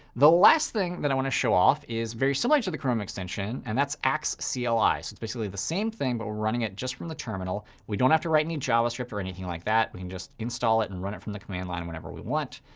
the last thing that i want to show off is very similar to the chrome extension, and that's axe-cli. so it's basically the same thing, but we're running it just from the terminal. we don't have to write any javascript or anything like that. we can just install it and run it from the command line whenever we want.